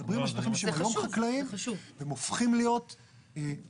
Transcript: מדברים על שטחים שהם היום חקלאיים והם הופכים להיות וולטאים,